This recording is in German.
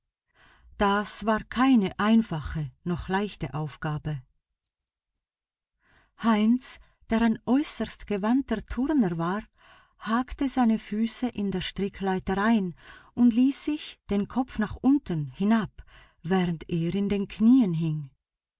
das war keine einfache noch leichte aufgabe heinz der ein äußerst gewandter turner war hakte seine füße in der strickleiter ein und ließ sich den kopf nach unten hinab während er in den knieen hing